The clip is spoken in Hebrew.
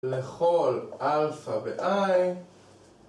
לכל אלפא ואיי